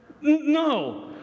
no